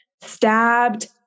stabbed